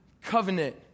covenant